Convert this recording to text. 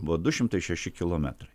buvo du šimtai šeši kilometrai